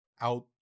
out